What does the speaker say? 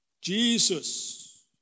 Jesus